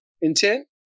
intent